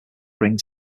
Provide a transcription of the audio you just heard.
bring